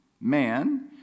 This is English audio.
man